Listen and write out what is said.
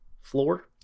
floor